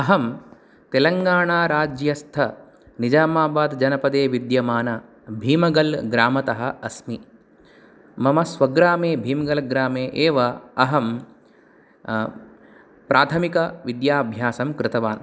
अहं तेलङ्गानाराज्यस्थ निजामाबाद् जनपदे विद्यमान भीमगल् ग्रामतः अस्मि मम स्वग्रामे भीमगलग्रामे एव अहं प्राथमिकविद्याभ्यासं कृतवान्